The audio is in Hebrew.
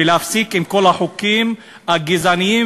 ולהפסיק עם כל החוקים הגזעניים.